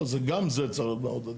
לא, זה גם זה צריך להיות.